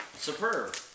Superb